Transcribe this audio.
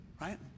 Right